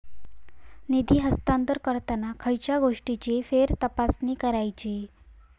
निधी हस्तांतरण करताना खयच्या गोष्टींची फेरतपासणी करायची?